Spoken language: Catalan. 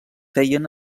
feien